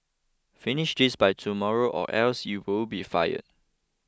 finish this by tomorrow or else you will be fired